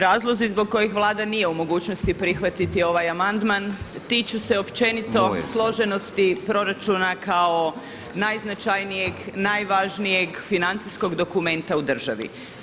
Razlozi zbog kojih Vlada nije u mogućnosti prihvatiti ovaj amandman tiču se općenito složenosti proračuna kao najznačajnijeg, najvažnijeg financijskog dokumenta u državi.